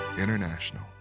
International